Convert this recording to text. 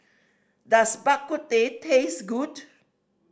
does Bak Kut Teh taste good